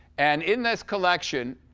and in this collection,